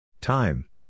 Time